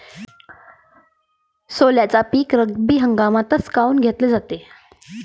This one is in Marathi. सोल्याचं पीक रब्बी हंगामातच काऊन घेतलं जाते?